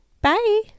bye